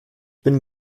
bin